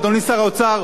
ואדוני שר האוצר,